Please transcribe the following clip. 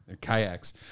Kayaks